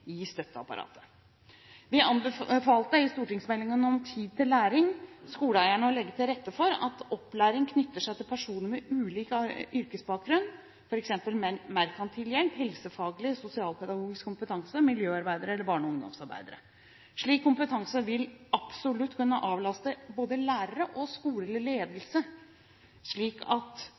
i støtteapparatet. Vi anbefalte i Meld. St. 19 for 2009–2010, Tid til læring, skoleeierne å legge til rette for at opplæringen knytter til seg personer med ulik yrkesbakgrunn, f.eks. merkantil hjelp, helsefaglig eller sosialpedagogisk kompetanse, miljøarbeidere eller barne- og ungdomsarbeidere. Slik kompetanse vil absolutt kunne avlaste både lærerne og skoleledelse, slik at